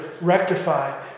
rectify